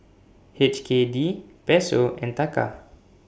H K D Peso and Taka